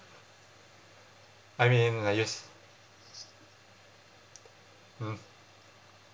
I mean like you just mm